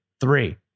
three